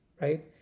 right